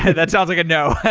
yeah that sounds like a no